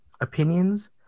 opinions